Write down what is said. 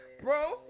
bro